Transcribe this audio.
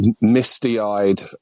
misty-eyed